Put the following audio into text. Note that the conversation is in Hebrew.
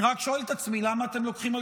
אני רק שואל את עצמי למה אתם לוקחים על